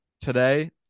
today